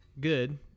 good